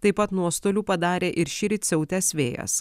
taip pat nuostolių padarė ir šįryt siautęs vėjas